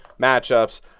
matchups